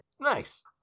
nice